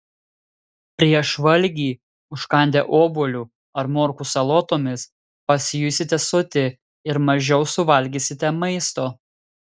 prieš valgį užkandę obuoliu ar morkų salotomis pasijusite soti ir mažiau suvalgysite maisto